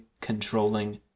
controlling